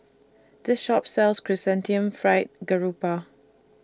This Shop sells Chrysanthemum Fried Garoupa